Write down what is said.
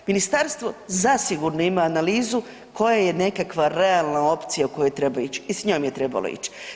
Ministarstvo zasigurno ima analizu koja je nekakva realna opcija u kojoj treba ići i s njom je trebalo ići.